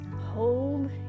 hold